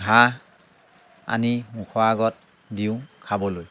ঘাঁহ আনি মুখৰ আগত দিওঁ খাবলৈ